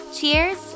Cheers